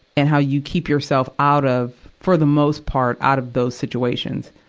and how you keep yourself out of, for the most part, out of those situations.